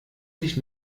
sich